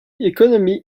economy